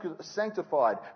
sanctified